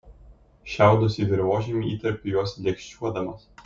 šiaudus į dirvožemį įterpiu juos lėkščiuodamas